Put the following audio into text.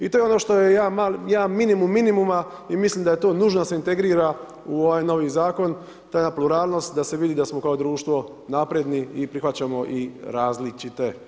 I to je ono što je jedan minimum minimuma i mislim da je to nužno da se integrira u ovaj novi zakon, to je jedna pluralnost da se vidi da smo kao društvo napredni i prihvaćamo i različite.